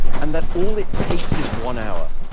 and that all it takes is one hour.